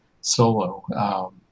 solo